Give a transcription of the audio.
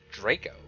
Draco